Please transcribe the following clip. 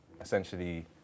essentially